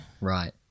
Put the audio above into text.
Right